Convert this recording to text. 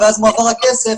-- ואז מועבר הכסף,